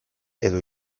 edo